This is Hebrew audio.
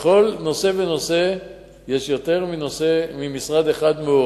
בכל נושא ונושא מעורבים יותר ממשרד אחד,